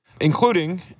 Including